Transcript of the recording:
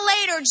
later